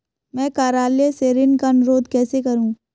मैं कार्यालय से ऋण का अनुरोध कैसे करूँ?